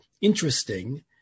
interesting